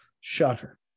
Shocker